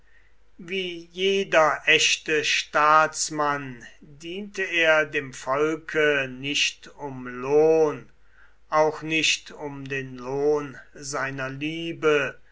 wie jeder echte staatsmann diente er dem volke nicht um lohn auch nicht um den lohn seiner liebe